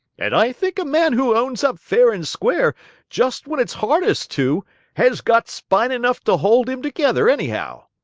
and i think a man who owns up fair and square just when it's hardest to has got spine enough to hold him together, anyhow.